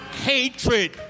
Hatred